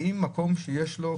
האם מקום שיש לו,